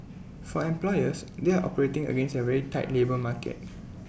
for employers they are operating against A very tight labour market